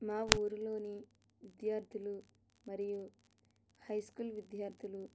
మా ఊరిలోని విద్యార్థులు మరియు హై స్కూల్ విద్యార్థులు